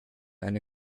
eine